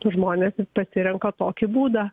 žmonės pasirenka tokį būdą